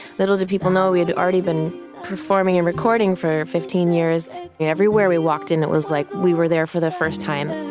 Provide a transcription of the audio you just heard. little did people know, we had already been performing and recording for fifteen years. everywhere we walked in, it was like we were there for the first time